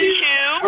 two